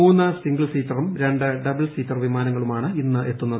മൂന്ന് സിംഗിൾ സീറ്ററും രണ്ട് ഡബിൾ സീറ്റർ വിമാനങ്ങളാണ് ഇന്ന് എത്തുന്നത്